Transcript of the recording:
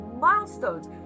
milestones